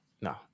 no